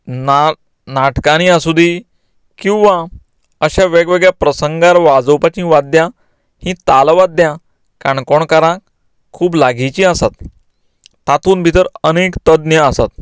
नाग नाटकांनी आसूंदी किंवां अश्या वेगवेगळ्या प्रसंगार वाजोवपाचीं वाद्द्यां ही ताल वाद्द्यां काणकोणकारांक खूब लागिचीं आसात तातूंत भितर अनेक तज्ञ आसात